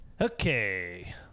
okay